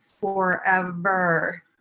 forever